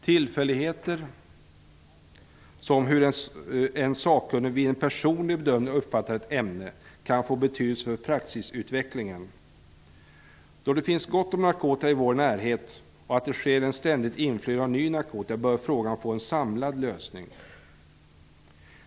Tillfälligheter, som hur en sakkunnig vid en personlig bedömning uppfattar ett ämne, kan få betydelse för praxisutvecklingen. Då det finns gott om narkotika i vår närhet och det sker ett ständigt inflöde av ny narkotika bör frågan få en samlad lösning.